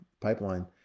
pipeline